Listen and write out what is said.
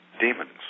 demons